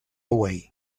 away